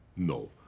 no,